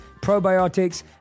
probiotics